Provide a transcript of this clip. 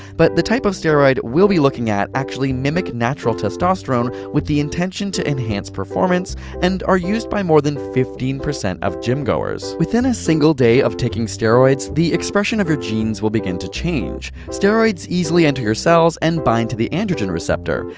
but the type of steroid we'll be looking at actually mimic natural testosterone with the intention to enhance performance and are used by more than fifteen percent of gym-goers. within a single day of taking steroids the expression of your genes will begin to change. steroids easily enter your cells and bind to the androgen receptor.